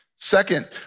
Second